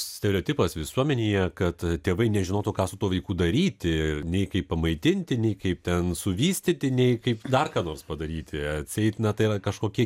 stereotipas visuomenėje kad tėvai nežinotų ką su tuo vaiku daryti nei kaip pamaitinti nei kaip ten suvystyti nei kaip dar ką nors padaryti atseit na tai yra kažkokie